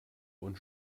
und